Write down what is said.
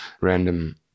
random